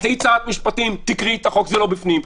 את היית שרת משפטים, תקראי את החוק, זה לא בפנים.